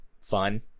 fun